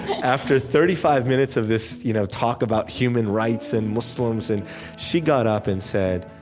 after thirty five minutes of this you know talk about human rights and muslims, and she got up and said,